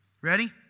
Ready